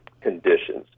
conditions